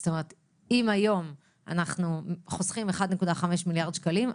זאת אומרת: אם היום אנחנו חוסכים 1.5 מיליארד שקלים,